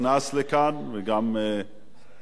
וגם לראש הממשלה,